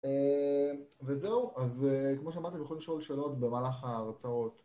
וזהו, אז כמו שמעתם יכולים לשאול שאלות במהלך ההרצאות